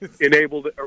enabled